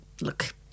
look